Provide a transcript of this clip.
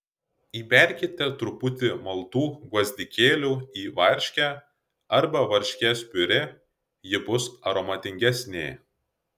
įberkite truputį maltų gvazdikėlių į varškę arba varškės piurė ji bus aromatingesnė